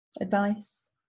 advice